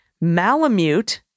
Malamute